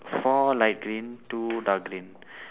four light green two dark green